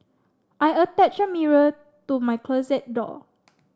I attached a mirror to my closet door